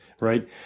right